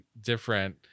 different